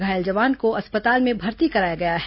घायल जवान को अस्पताल में भर्ती कराया गया है